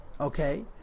Okay